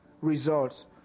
results